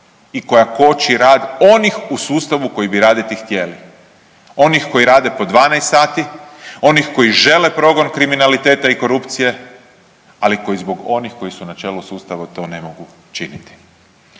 i koja koči rad onih u sustavu koji bi raditi htjeli. Onih koji rade po 12 sati, onih koji žele progon kriminaliteta i korupcije, ali koji zbog onih koji su na čelu sustava to ne mogu činiti.